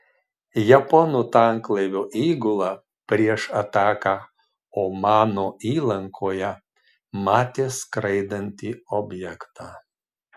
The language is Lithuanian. japonų tanklaivio įgula prieš ataką omano įlankoje matė skraidantį objektą